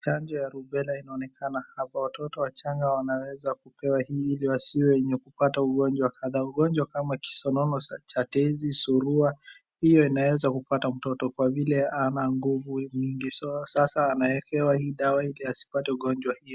Chanjo ya rubela inaonekana hapa. Watoto wachanga wanaweza kupewa hii ili wasiwe wenye kupata ugonjwa kadhaa. Ugonjwa kama kisonono cha tezi, surua, hio inaweza kupata mtoto kwa vile hana nguvu mingi. Sasa anaekewa hii dawa ili asipate ugonjwa hio.